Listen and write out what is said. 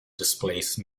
displaced